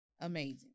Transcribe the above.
amazing